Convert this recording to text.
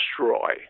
destroy